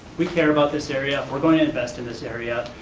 we care about this area, we're going to invest in this area,